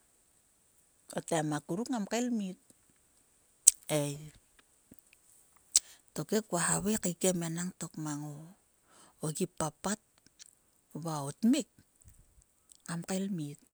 O taim a kukruk ngamkael lmit ei. Tokhe kua havai kaekiem enangtok mango ogi papat va o tmik kael lmit.